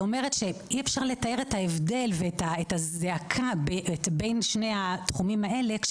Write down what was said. היא אומרת שאי אפשר לתאר את ההבדל ואת הזעקה בין שני התחומים האלה.